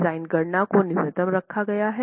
design गणना को न्यूनतम रखा गया हैं